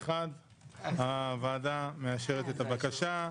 פה אחד הוועדה מאשרת את הבקשה.